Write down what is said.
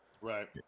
Right